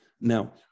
Now